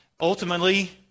ultimately